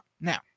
Now